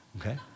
Okay